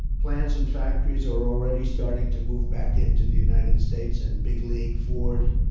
plants and factories are already starting to move back into the united states and big league ford,